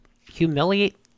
humiliate